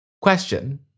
Question